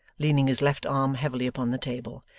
leaning his left arm heavily upon the table,